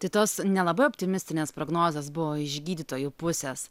tai tos nelabai optimistinės prognozės buvo iš gydytojų pusės